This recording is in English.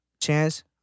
Chance